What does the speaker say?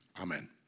Amen